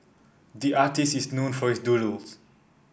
the artist is known for his doodles